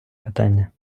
питання